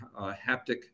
haptic